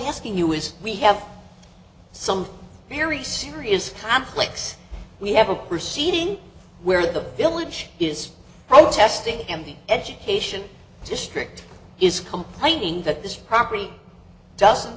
asking you is we have some very serious conflicts we have a proceeding where the village is protesting and the education district is complaining that this property doesn't